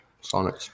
Sonic